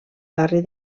barri